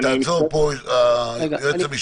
תעצור פה, היועץ המשפטי רוצה לדבר.